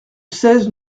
seize